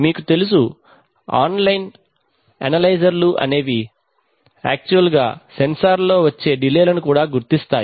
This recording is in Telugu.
మీకు తెలుసు ఆన్లైన్ అనలైజర్ లు అనేవి యక్చువల్ గా సెన్సర్ లో వచ్చే డిలే లను కూడా గుర్తిస్తాయి